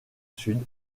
sud